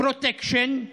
פרוטקשן,